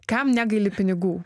kam negaili pinigų